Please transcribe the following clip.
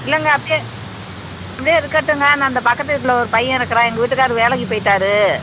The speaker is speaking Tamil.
இல்லைங்க அப்படியே அப்படியே இருக்கட்டுங்க நான் இந்த பக்கத்து வீட்டில் ஒரு பையன் இருக்கிறான் எங்கள் வீட்டுக்காரு வேலைக்கு போயிட்டாரு